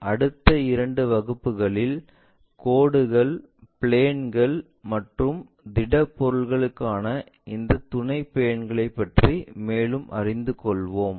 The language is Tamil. எனவே அடுத்த இரண்டு வகுப்புகளில் கோடுகள் பிளேன்கள் மற்றும் திடப்பொருட்களுக்காக இந்த துணை பிளேன்களைப் பற்றி மேலும் அறிந்து கொள்வோம்